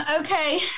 Okay